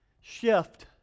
shift